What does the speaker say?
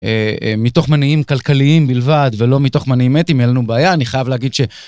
מתוך מניעים כלכליים בלבד, ולא מתוך מניעים אתיים, אין לנו בעיה, אני חייב להגיד ש...